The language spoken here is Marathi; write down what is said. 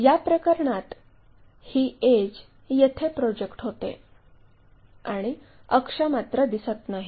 या प्रकरणात ही एड्ज येथे प्रोजेक्ट होते आणि अक्ष मात्र दिसत नाही